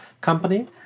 company